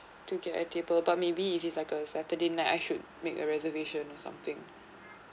to get a table but maybe if it's like a saturday night I should make a reservation or something